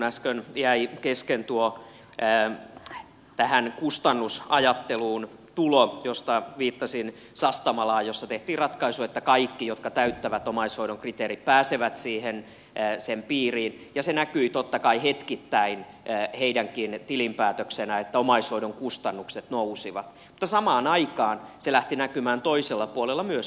äsken jäi kesken tähän kustannusajatteluun tulo josta viittasin sastamalaan jossa tehtiin ratkaisu että kaikki jotka täyttävät omaishoidon kriteerit pääsevät sen piiriin ja se näkyi totta kai hetkittäin heidänkin tilinpäätöksenään että omaishoidon kustannukset nousivat mutta samaan aikaan se lähti näkymään toisella puolella myös säästönä